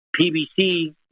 PBC